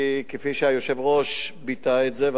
כפי שהיושב-ראש ביטא את זה,